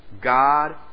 God